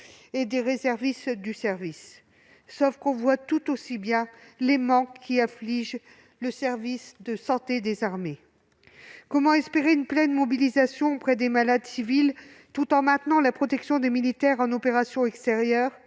et des réservistes du service. On perçoit d'autant mieux les manques qui affligent le service de santé des armées. Comment espérer une pleine mobilisation auprès des malades civils tout en maintenant la protection des militaires en opération extérieure